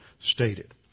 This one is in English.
stated